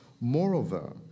Moreover